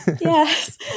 yes